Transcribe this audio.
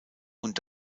und